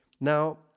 Now